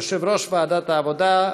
יושב-ראש ועדת העבודה,